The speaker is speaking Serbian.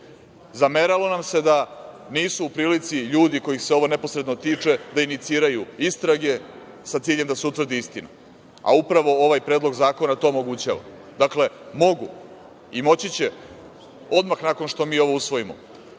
Zameralo nam se da nisu u prilici ljudi kojih se ovo neposredno tiče da iniciraju istrage sa ciljem da se utvrdi istina, a upravo ovaj predlog zakona to omogućava. Dakle, mogu i moći će odmah nakon što mi ovo usvojimo